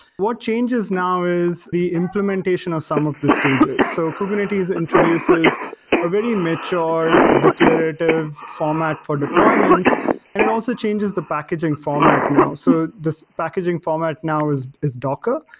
what changes now is the implementation of some of the stages. so kubernetes introduces a very mature declarative format for deployments and it also changes the packaging format now. so the packaging format now is is docker.